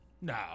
No